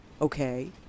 Okay